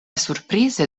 surprize